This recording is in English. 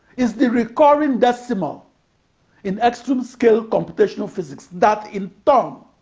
is the recurring decimal in extreme-scale computational physics that, in turn,